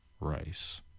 rice